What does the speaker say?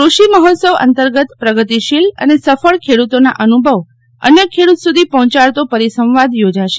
કૃષિ મહોત્સવ અંતર્ગત પ્રગતિશીલ અને સફળ ખેડૂતોના અનુભવ અન્ય ખેડૂત સુધી પહોંચાડતો પરિસંવાદ યોજાશે